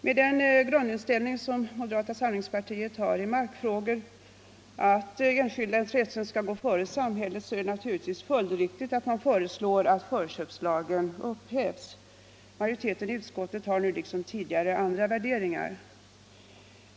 Med den grundinställning som moderata samlingspartiet har i markfrågorna, nämligen att enskilda intressen skall gå före samhällets, är det naturligtvis följdriktigt att moderaterna föreslår att förköpslagen upphävs. Majoriteten i utskottet har nu liksom tidigare andra värderingar.